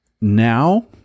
now